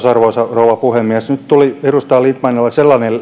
arvoisa rouva puhemies nyt tuli edustaja lindtmanilta kysymyksiä sellainen